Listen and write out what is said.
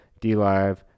DLive